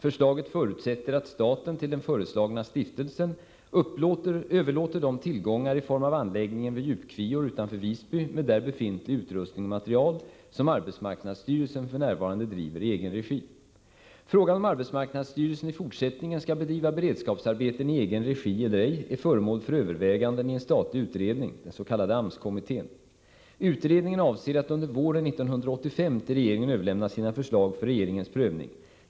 Förslaget förutsätter att staten till den föreslagna stiftelsen överlåter de tillgångar i form av anläggningen vid Djupkvior utanför Visby med där befintlig utrustning och material, som arbetsmarknadsstyrelsen f.n. driver i egen regi. Frågan om AMS i fortsättningen skall bedriva beredskapsarbeten i egen regi eller ej är förmål för överväganden i en statlig utredning, den s.k. AMS-kommittén. Utredningen avser att under våren 1985 till regeringen överlämna sina förslag för regeringens prövning.